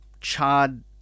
charred